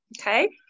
Okay